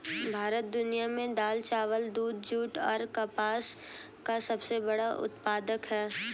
भारत दुनिया में दाल, चावल, दूध, जूट और कपास का सबसे बड़ा उत्पादक है